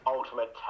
Ultimate